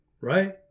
right